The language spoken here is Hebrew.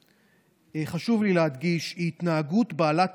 חשוב לי להדגיש: הטרדה מינית היא התנהגות בעלת